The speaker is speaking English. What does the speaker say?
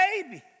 baby